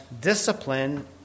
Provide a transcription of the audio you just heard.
discipline